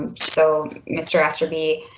and so mr. aster be